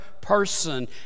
person